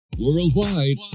Worldwide